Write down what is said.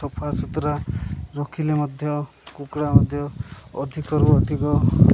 ସଫା ସୁତୁରା ରଖିଲେ ମଧ୍ୟ କୁକୁଡ଼ା ମଧ୍ୟ ଅଧିକରୁ ଅଧିକ